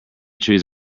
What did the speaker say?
trees